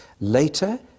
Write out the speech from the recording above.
Later